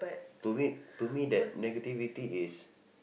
to me to me that negativity is